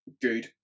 good